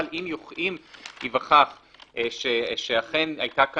אבל אם ייווכח שאכן היתה פה